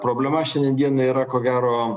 problema šiandien dienai yra ko gero